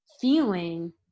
feeling